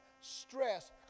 stress